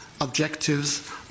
objectives